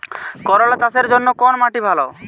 করলা চাষের জন্য কোন মাটি ভালো?